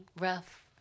rough